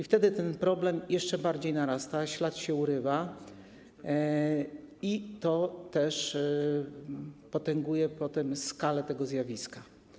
Wtedy ten problem jeszcze bardziej narasta, ślad się urywa, co też potęguje skalę tego zjawiska.